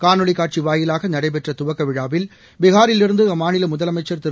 காணொலி காட்சி வாயிலாக நடைபெற்ற துவக்க விழாவில் பீகாரிலிருந்து அம்மாநில முதலமைச்சர் திரு